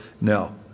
No